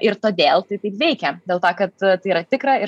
ir todėl tai taip veikia dėl to kad tai yra tikra ir